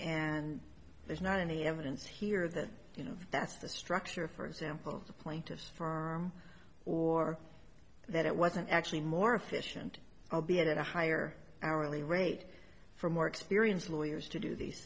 and there's not any evidence here that you know that's the structure of for example the plaintiffs or that it wasn't actually more efficient albeit at a higher hourly rate for more experienced lawyers to do these